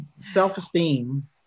self-esteem